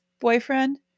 boyfriend